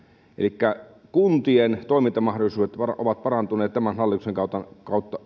elikkä kuntien toimintamahdollisuudet ovat parantuneet tämän hallituksen